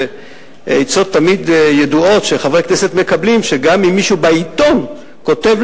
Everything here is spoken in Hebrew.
שעצות תמיד ידועות שחברי כנסת מקבלים הן שגם אם מישהו בעיתון כותב,